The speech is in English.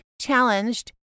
challenged